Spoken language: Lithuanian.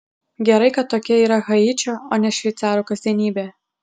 gerai kad tokia yra haičio o ne šveicarų kasdienybė